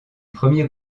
premier